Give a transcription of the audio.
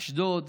אשדוד,